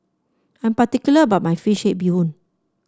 I'm particular about my fish head Bee Hoon